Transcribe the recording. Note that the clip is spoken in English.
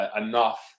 enough